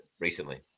recently